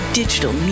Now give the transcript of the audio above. digital